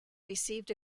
received